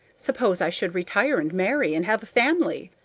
suppose i should retire and marry and have a family.